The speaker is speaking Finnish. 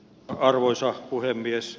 arvoisa puhemies